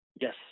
Yes